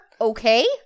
Okay